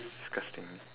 disgusting